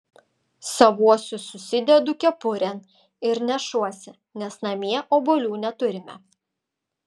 savuosius susidedu kepurėn ir nešuosi nes namie obuolių neturime